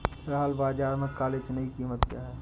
फ़िलहाल बाज़ार में काले चने की कीमत क्या है?